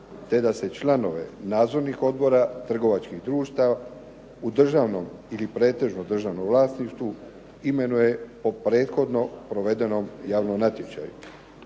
te da se članovi nadzornih odbora, trgovačkih društva u državnom ili pretežno državnom vlasništvu imenuje po prethodno provedenom javnom natječaju.